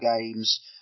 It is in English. games